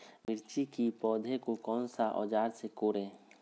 मिर्च की पौधे को कौन सा औजार से कोरे?